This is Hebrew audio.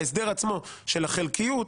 ההסדר עצמו של החלקיות,